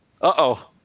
Uh-oh